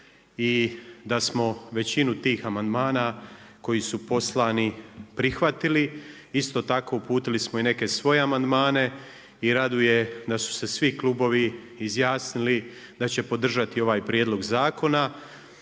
i da smo većinu tih amandmana koji su poslani prihvatili. Isto tako uputili smo i neke svoje amandmane i raduje da su se svi klubovi izjasnili da će podržati ovaj prijedlog zakona.